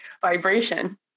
vibration